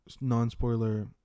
non-spoiler